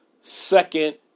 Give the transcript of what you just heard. second